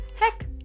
Heck